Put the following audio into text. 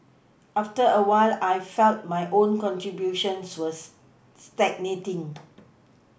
after a while I felt my own contributions was stagnating